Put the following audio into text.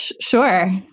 Sure